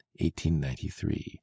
1893